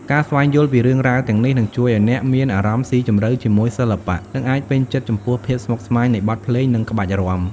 ការស្វែងយល់ពីរឿងរ៉ាវទាំងនេះ នឹងជួយឱ្យអ្នកមានអារម្មណ៍ស៊ីជម្រៅជាមួយសិល្បៈ និងអាចពេញចិត្តចំពោះភាពស្មុគស្មាញនៃបទភ្លេង និងក្បាច់រាំ។